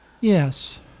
Yes